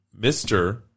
Mr